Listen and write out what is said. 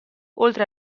oltre